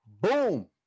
Boom